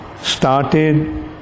started